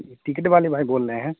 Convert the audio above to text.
ticket والے بھائی بول رہے ہیں